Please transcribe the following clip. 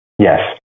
Yes